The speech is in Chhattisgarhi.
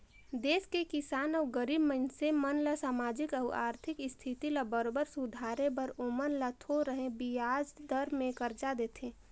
देस के किसान अउ गरीब मइनसे मन ल सामाजिक अउ आरथिक इस्थिति ल बरोबर सुधारे बर ओमन ल थो रहें बियाज दर में करजा देथे